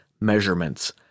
measurements